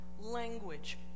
language